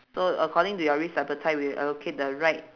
so according to your risk appetite we'll allocate the right